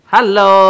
Hello